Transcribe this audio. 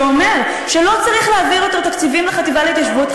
שאומר שלא צריך להעביר יותר תקציבים לחטיבה להתיישבות,